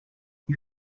you